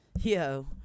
yo